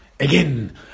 Again